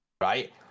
right